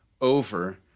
over